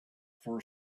for